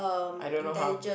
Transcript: I don't know how